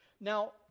Now